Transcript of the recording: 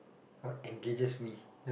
what engages me